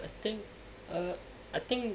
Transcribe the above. I think err I think